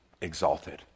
exalted